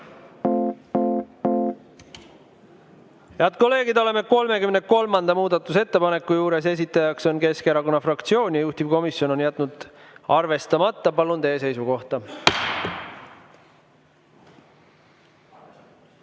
Head kolleegid, oleme 33. muudatusettepaneku juures, esitaja on [Eesti] Keskerakonna fraktsioon, juhtivkomisjon on jätnud arvestamata. Palun teie seisukohta!